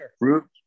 root